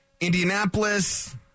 Indianapolis